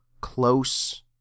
close